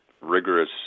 rigorous